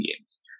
games